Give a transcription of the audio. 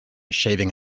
shaving